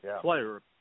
player